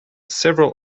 several